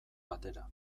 batera